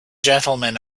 gentlemen